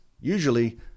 usually